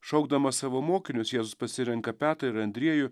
šaukdamas savo mokinius jėzus pasirenka petrą ir andriejų